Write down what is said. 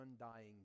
undying